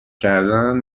کردن